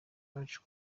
bacu